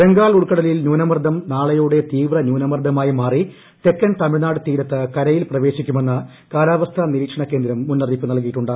ബംഗാൾ ഉൾക്കടലിൽ ന്യൂനമർദ്ദം നാളെയോടെ തീവ്ര ന്യൂനമർദ്ദമായി മാറി തെക്കൻ തമിഴ്നാട് തീരത്ത് കരയിൽ പ്രവേശിക്കുമെന്ന് കാലാവസ്ഥാ നിരീക്ഷണകേന്ദ്രം മുന്നറിയിപ്പ് നൽകിയിട്ടുണ്ട്